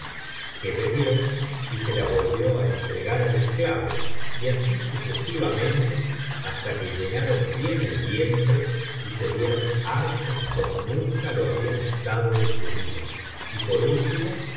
que bebió y se la volvió á entregar al esclavo y así sucesivamente hasta que llenaron bien el vientre y se vierou hartos como nunca lo habían estado en su vida y por último